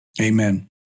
Amen